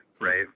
right